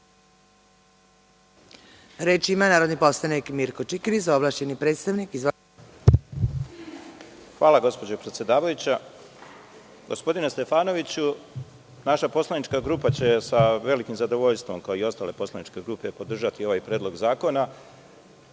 Reč ima narodni poslanik Mirko Čikiriz, ovlašćeni predstavnik. Izvolite. **Mirko Čikiriz** Hvala, gospođo predsedavajuća. Gospodine Stefanoviću, naša poslanička grupa će sa velikim zadovoljstvom, kao i ostale poslaničke grupe, podržati ovaj predlog zakona.